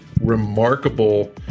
remarkable